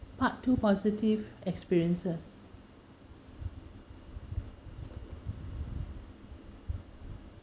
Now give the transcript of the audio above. part two positive experiences